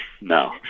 no